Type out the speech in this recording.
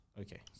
Okay